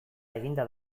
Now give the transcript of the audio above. eginda